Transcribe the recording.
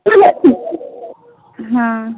हँ